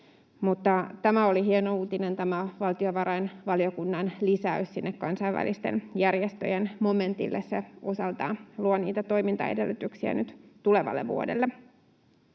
mutta oli hieno uutinen tämä valtiovarainvaliokunnan lisäys sinne kansainvälisten järjestöjen momentille. Se osaltaan luo niitä toimintaedellytyksiä nyt tulevalle vuodelle.